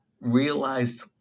realized